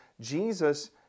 Jesus